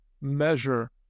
measure